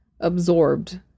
absorbed